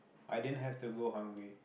i didn't have to go hungry